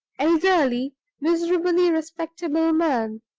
elderly, miserably respectable man.